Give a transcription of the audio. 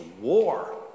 war